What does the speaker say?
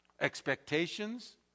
expectations